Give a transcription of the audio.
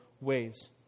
ways